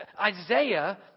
Isaiah